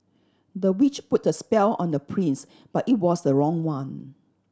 the witch put a spell on the prince but it was the wrong one